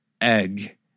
egg